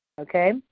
Okay